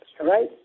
right